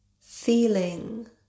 feeling